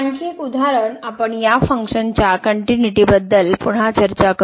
आणखी एक उदाहरण आपण या फंक्शनच्या कनट्युनिटी बद्दल पुन्हा चर्चा करू